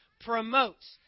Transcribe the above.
promotes